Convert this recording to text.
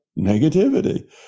negativity